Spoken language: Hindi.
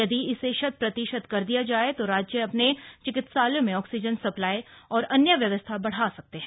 यदि इसे शत प्रतिशत कर दिया जाए तो राज्य अपने चिकित्सालयों में ऑक्सीजन सप्लाई और अन्य व्यवस्थाएं बढ़ा सकते हैं